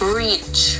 reach